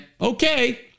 okay